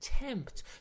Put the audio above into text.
attempt